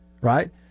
Right